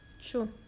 Sure